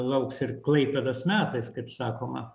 lauks ir klaipėdos metais kaip sakoma